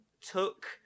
took